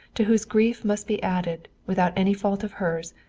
to whose grief must be added, without any fault of hers,